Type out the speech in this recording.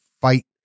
fight